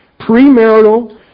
premarital